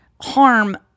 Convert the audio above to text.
harm